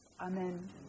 Amen